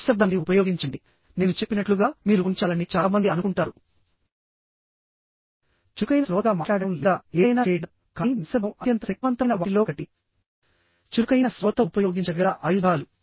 నిశ్శబ్దాన్ని ఉపయోగించండి నేను చెప్పినట్లుగా మీరు ఉంచాలని చాలా మంది అనుకుంటారు చురుకైన శ్రోతగా మాట్లాడటం లేదా ఏదైనా చేయడం కానీ నిశ్శబ్దం అత్యంత శక్తివంతమైన వాటిలో ఒకటి చురుకైన శ్రోత ఉపయోగించగల ఆయుధాలు